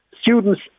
Students